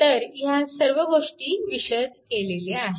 तर ह्या सर्व गोष्टी विशद केल्या आहेत